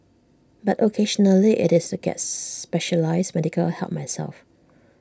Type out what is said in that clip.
but occasionally IT is to get specialised medical help myself